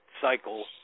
cycle